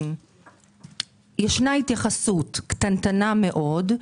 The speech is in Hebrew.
כן ישנה התייחסות, אבל קטנטנה מאוד,